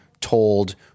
told